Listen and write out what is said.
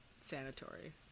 sanitary